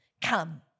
come